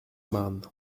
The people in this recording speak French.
marne